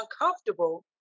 uncomfortable